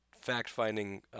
fact-finding